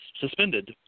suspended